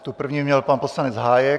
Tu první měl pan poslanec Hájek.